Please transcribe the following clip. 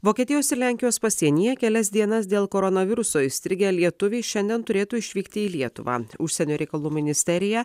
vokietijos ir lenkijos pasienyje kelias dienas dėl koronaviruso įstrigę lietuviai šiandien turėtų išvykti į lietuvą užsienio reikalų ministerija